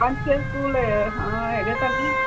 ਪੰਜ ਛੇ ਸਕੂਲ ਹਾਂ ਹੈਗੇ ਸਰ ਜੀ